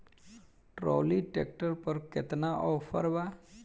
Trolley tractor पर केतना offer बा?